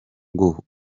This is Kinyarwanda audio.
ngo